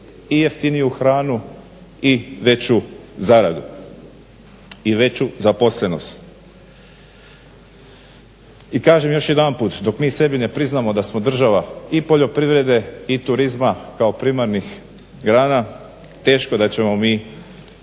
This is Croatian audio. i jeftiniju hranu i veću zaradu i veću zaposlenost. I kažem još jedanput dok mi sebi ne priznamo da smo država i poljoprivrede i turizma kao primarnih grana teško da ćemo mi